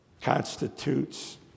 constitutes